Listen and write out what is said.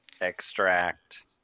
extract